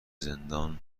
زندان